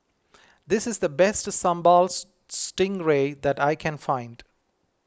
this is the best Sambal Stingray that I can find